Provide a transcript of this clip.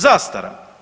Zastara.